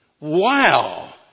Wow